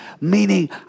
meaning